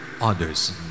others